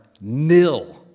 nil